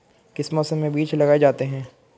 किस मौसम में बीज लगाए जाते हैं?